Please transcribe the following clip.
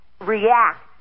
react